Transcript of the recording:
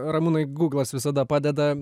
ramūnai guglas visada padeda